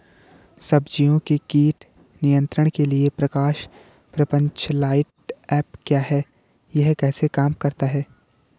सब्जियों के कीट नियंत्रण के लिए प्रकाश प्रपंच लाइट ट्रैप क्या है यह कैसे काम करता है?